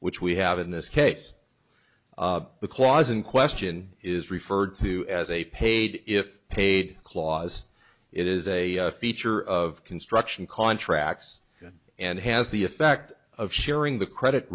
which we have in this case the clause in question is referred to as a paid if paid clause it is a feature of construction contracts and has the effect of sharing the credit